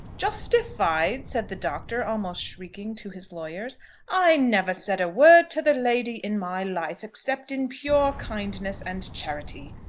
justified! said the doctor, almost shrieking, to his lawyers i never said a word to the lady in my life except in pure kindness and charity.